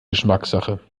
geschmackssache